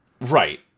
Right